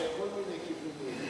אפשר לכל מיני כיוונים.